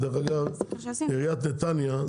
עיריית נתניה,